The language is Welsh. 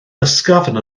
ysgafn